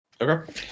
Okay